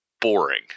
boring